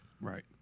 right